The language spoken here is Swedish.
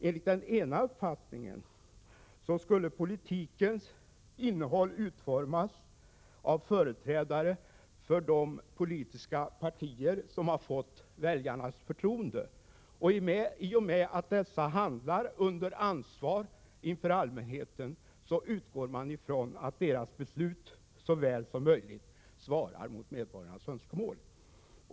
Enligt den ena uppfattningen skulle politikens innehåll utformas av företrädare för de politiska partier som fått väljarnas förtroende. I och med att dessa partier handlar under ansvar inför allmänheten utgår man från att deras beslut så långt det är möjligt svarar mot medborgarnas önskemål.